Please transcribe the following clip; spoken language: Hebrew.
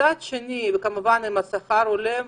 וכמובן עם שכר הולם,